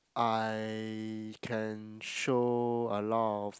I can show a lot of